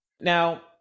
Now